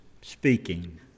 speaking